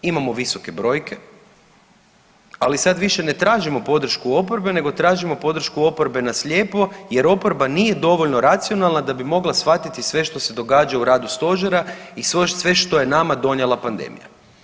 Imamo visoke brojke, ali sad više ne tražimo podršku oporbe, nego tražim podršku oporbe na slijepo jer oporba nije dovoljno racionalna da bi mogla shvatiti sve što se događa u radu Stožera i sve što je nama donijela pandemija.